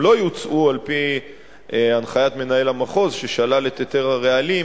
אם הם לא יוצאו על-פי הנחיית מנהל המחוז ששלל את היתר הרעלים,